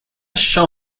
shall